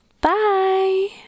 Bye